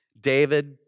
David